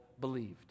believed